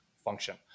Function